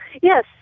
Yes